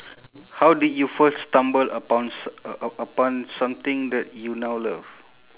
how did you first stumble upon s~ u~ u~ upon something that you now love